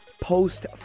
post